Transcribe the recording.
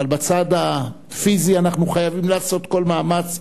אבל בצד הפיזי אנחנו חייבים לעשות כל מאמץ.